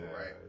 right